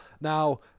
Now